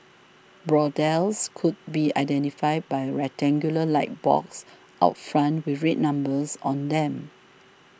brothels could be identified by a rectangular light box out front with red numbers on them